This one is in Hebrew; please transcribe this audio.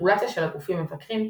מרגולציה של הגופים המבקרים,